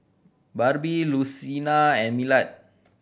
Barbie Lucina and Millard